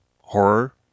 horror